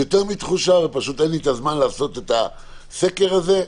ויותר מתחושה, פשוט אין לי זמן לעשות את הסקר הזה,